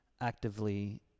actively